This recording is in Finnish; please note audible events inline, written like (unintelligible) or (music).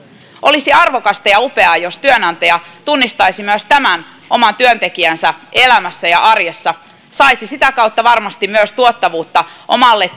olisi arvokasta ja upeaa jos työnantaja tunnistaisi tämän myös oman työntekijänsä elämässä ja arjessa ja saisi sitä kautta varmasti myös tuottavuutta omalle (unintelligible)